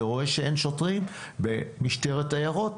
ורואה שאין שוטרים במשטרת עיירות,